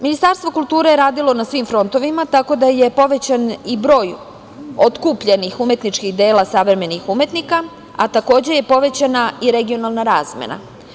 Ministarstvo kulture je radilo na svim frontovima, tako da je povećan i broj otkupljenih umetničkih dela savremenih umetnika, a takođe je povećana i regionalna razmena.